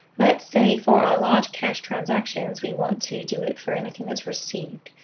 let's say for our large cash transactions, we want to do it for anything that's received,